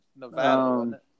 Nevada